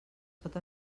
pot